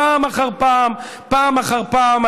פעם אחר פעם,